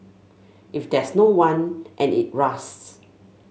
if there's no one and it rusts